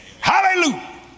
Hallelujah